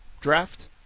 draft